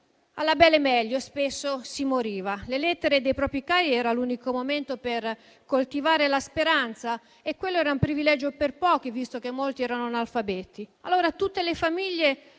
alla bell'e meglio e spesso si moriva. Le lettere dei propri cari erano l'unico momento per coltivare la speranza e quello era un privilegio per pochi, visto che molti erano analfabeti.